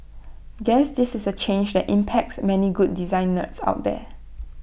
guess this is A change that impacts many good design nerds out there